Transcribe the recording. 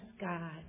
God